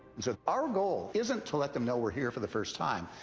so our goal isn't to let them know we're here for the first time.